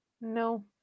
No